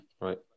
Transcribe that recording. Right